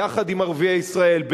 יחד עם ערביי ישראל,